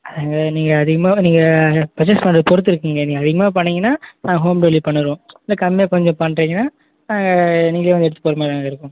ஏங்க நீங்கள் அதிகமாக நீங்கள் பர்ச்சேஸ் பண்றதை பொருத்து இருக்குங்க நீங்கள் அதிகமாக பண்ணீங்கன்னால் நாங்கள் ஹோம் டெலிவரி பண்ணிடுவோம் இல்லை கம்மியாக கொஞ்சம் பண்ணுறீங்கன்னா நாங்கள் நீங்களே வந்து எடுத்துகிட்டு போகிற மாதிரி இருக்கும்